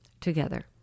together